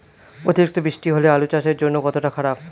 অতিরিক্ত বৃষ্টি হলে আলু চাষের জন্য কতটা খারাপ?